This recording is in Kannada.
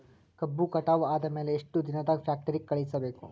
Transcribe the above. ಕಬ್ಬು ಕಟಾವ ಆದ ಮ್ಯಾಲೆ ಎಷ್ಟು ದಿನದಾಗ ಫ್ಯಾಕ್ಟರಿ ಕಳುಹಿಸಬೇಕು?